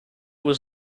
was